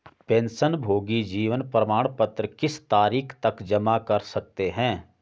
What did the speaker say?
पेंशनभोगी जीवन प्रमाण पत्र किस तारीख तक जमा कर सकते हैं?